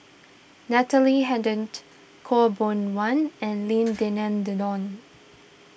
Natalie Hennedige Khaw Boon Wan and Lim Denan Denon